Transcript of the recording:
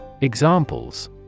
Examples